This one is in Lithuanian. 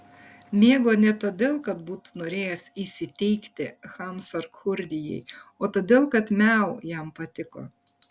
mėgo ne todėl kad būtų norėjęs įsiteikti gamsachurdijai o todėl kad miau jam patiko